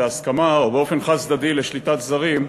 בהסכמה או באופן חד-צדדי לשליטת זרים,